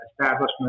establishment